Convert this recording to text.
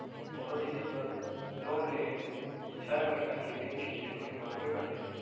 कोनो जिनिस बर लोन लेहे म छै महिना के बेंक स्टेटमेंट मांगबे करथे